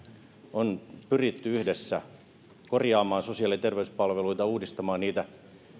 on pyritty yhdessä korjaamaan sosiaali ja terveyspalveluita uudistamaan niitä